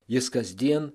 jis kasdien